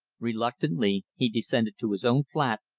reluctantly he descended to his own flat,